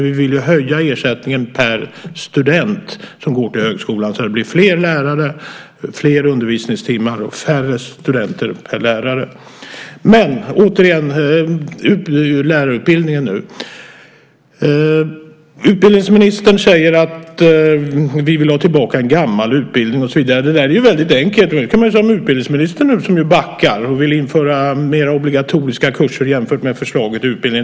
Vi vill höja ersättningen per student i högskolan, så att det blir fler lärare, fler undervisningstimmar och färre studenter per lärare. Utbildningsministern säger att vi vill ha tillbaka en gammal lärarutbildning. Det är enkelt att komma med ett sådant påstående, och man kan säga samma sak om utbildningsministern, som nu backar och vill införa mer av obligatoriska kurser i utbildningen.